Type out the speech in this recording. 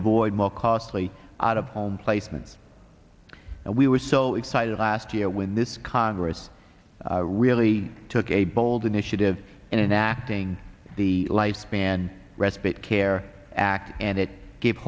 avoid more costly out of home placements and we were so excited last year when this congress really took a bold initiative in acting the lifespan respite care act and it gave